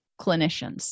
clinicians